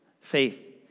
faith